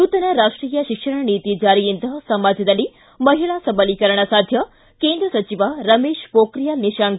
ನೂತನ ರಾಷ್ಷೀಯ ಶಿಕ್ಷಣ ನೀತಿ ಜಾರಿಯಿಂದ ಸಮಾಜದಲ್ಲಿ ಮಹಿಳಾ ಸಬಲೀಕರಣ ಸಾಧ್ಯ ಕೇಂದ್ರ ಸಚಿವ ರಮೇಶ್ ಮೋಖ್ರಿಯಾಲ್ ನಿಶಾಂಕ್